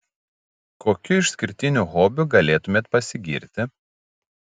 kokiu išskirtiniu hobiu galėtumei pasigirti